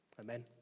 Amen